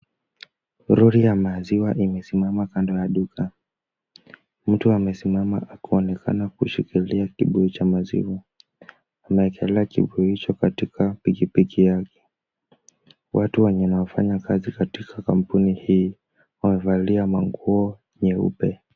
Lori ya maziwa imesimama kando ya duka. Mtu amesimama akionekana kushikilia kibuyu cha maziwa. Ameekelea kibuyu hicho katika piki piki yake. Watu wenye wanafanya kazi katika kampuni hii, wamevalia manguo nyeupe.